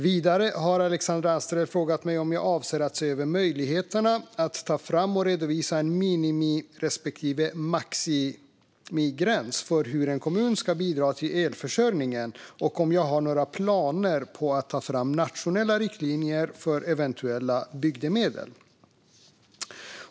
Vidare har Alexandra Anstrell frågat mig om jag avser att se över möjligheten att ta fram och redovisa en minimi respektive maximigräns för hur mycket en kommun ska bidra till elförsörjningen och om jag har några planer på att ta fram nationella riktlinjer för eventuella bygdemedel.